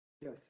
Yes